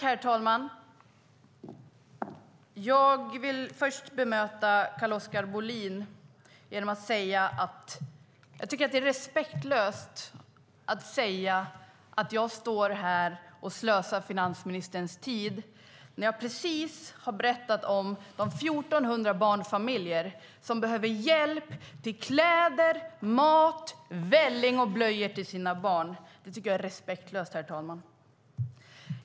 Herr talman! Jag vill först bemöta Carl-Oskar Bohlin med att jag tycker att det är respektlöst att säga att jag står här och slösar finansministerns tid när jag precis har berättat om de 1 400 barnfamiljer som behöver hjälp till kläder, mat, välling och blöjor åt sina barn. Det tycker jag är respektlöst, herr talman.